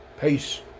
Peace